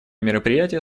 мероприятие